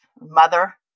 mother